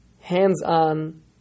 Hands-on